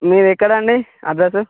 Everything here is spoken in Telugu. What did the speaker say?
మీది ఎక్కడండి అడ్రస్సు